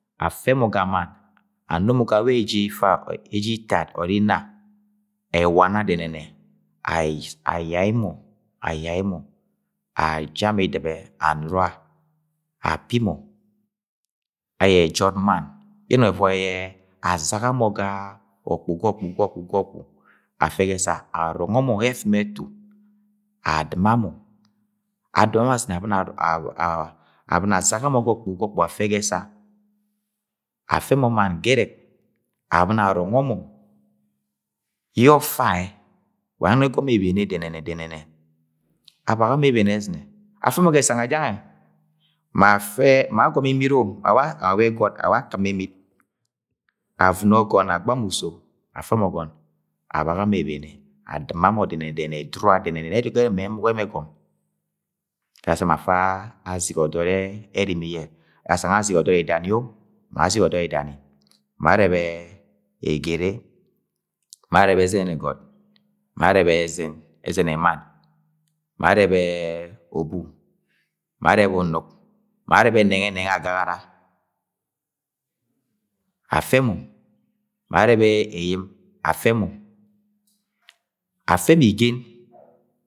Afe mo ga mann ano mọ ga wẹ eje ifa, eje itaa o Inna ẹwana dẹnẹnẹ ayai mọ, ayai mo Idip ẹ anura api mọ ayẹ ejọd mann ye ẹnọng evọi yẹ azaga mọ ga ọkpu, gọkpu, gọkpu, gọkpu afe ga esa, arọngọ mọ yẹ ẹfimi etu adɨma mo̱, adɨma mo azɨmnẹ abọni azaga mọ, adɨma mo azɨnẹ abọni azaga mọ ga ọkpu ga ọkpu abọni afe ga esa afe mọ mann gẹrẹk abọni arọngọ mọ yẹ ọfaẹ wa ye ẹnọng ẹgọmọ mọ ebene dẹnẹnẹ-dẹnẹnẹ; afẹ mo̱ ga ẹsa ngẹ jange ma akɨm Imit avɨno ọgọn, agba mọ uso, afe mọ ọgọn abaga mọ ebene, adɨma mọ dẹnẹnẹ-dẹnẹnẹ ẹdura dẹnẹnẹ-dẹnẹnẹ nẹ ẹduda ẹrẹ emuk ẹmẹ ẹgọmọ. Dasam afa azigi ọdo̱d yẹ ẹrimi ye asang azigi ọdọd idani. o. Azigi ọdọd idani ma arẹbẹ egere, ma arẹbẹ ẹzẹn ẹgọt, ma arẹbẹ ẹzẹn ẹmann, ma arẹbẹ obu, ma arẹbẹ unuk, ma arẹbẹ nẹngẹ-nẹngẹ agagara, afẹ mo, ma arebe eyim afẹ mo, afẹ mo igen.